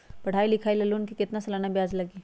पढाई लिखाई ला लोन के कितना सालाना ब्याज लगी?